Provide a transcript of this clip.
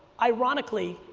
ironically,